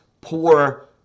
poor